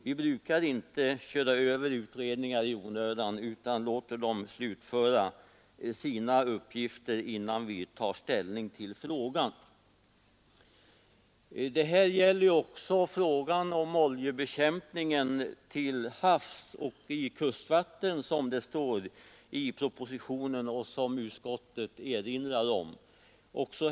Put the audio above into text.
Vi brukar inte ”köra över” utredningar i onödan, utan låter dem slutföra sitt arbete innan vi tar ställning. Till det här sammanhanget hör också frågan om oljebekämpningen till havs och i kustvatten, som det står i propositionen och som utskottet erinrar om.